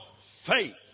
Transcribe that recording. faith